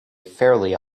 fairly